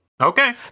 okay